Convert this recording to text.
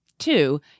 Two